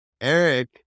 eric